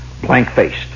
blank-faced